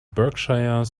berkshire